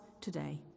today